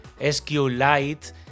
SQLite